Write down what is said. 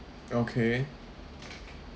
okay